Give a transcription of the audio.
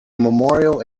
memorial